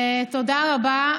תודה רבה.